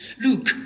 Look